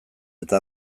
eta